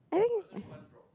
I think